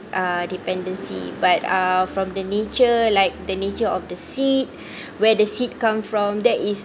uh dependency but uh from the nature like the nature of the seed where the seed come from that is